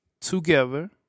together